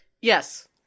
Yes